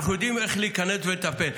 אנחנו יודעים איך להיכנס ולטפל,